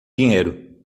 dinheiro